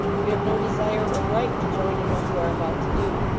we have no desire or right to join in what you are about to do.